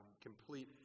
complete